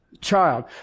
Child